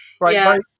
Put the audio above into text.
right